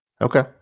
Okay